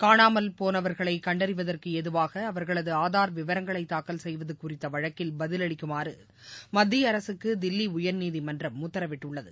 காணாமல் போனவர்களை கண்டறிவதற்கு ஏதுவாக அவர்களது ஆதார் விவரங்களை தாக்கல் செய்வது குறித்த வழக்கில் பதில் அளிக்குமாறு மத்திய அரசுக்கு தில்லி உயர்நீதிமன்றம் உத்தரவிட்டுள்ளது